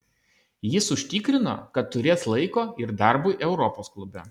jis užtikrino kad turės laiko ir darbui europos klube